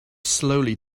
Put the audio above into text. slowly